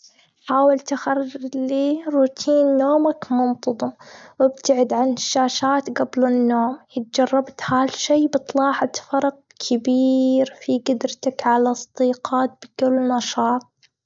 حاول تخرج لي روتين نومك منتظم، وابتعد عن الشاشات قبل النوم. جربت هالشي، بطلعت فرق كبير في قدرتك على استيقاظ بكل نشاط.